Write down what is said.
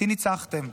אותי ניצחתם.